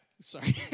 sorry